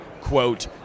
quote